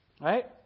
Right